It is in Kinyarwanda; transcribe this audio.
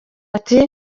ati